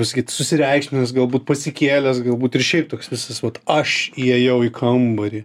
sakyt susireikšminęs galbūt pasikėlęs galbūt ir šiaip toks visas vat aš įėjau į kambarį